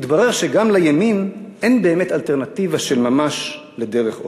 התברר שגם לימין אין באמת אלטרנטיבה של ממש לדרך אוסלו.